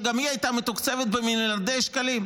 שגם היא הייתה מתוקצבת במיליארדי שקלים,